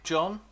John